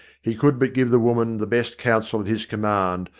he could but give the woman the best counsel at his command,